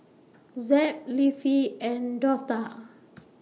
Zeb Leafy and Dortha